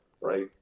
right